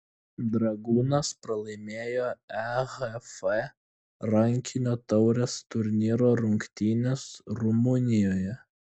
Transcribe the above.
dragūnas pralaimėjo ehf rankinio taurės turnyro rungtynes rumunijoje